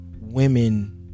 women